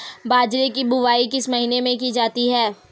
बाजरे की बुवाई किस महीने में की जाती है?